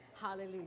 Hallelujah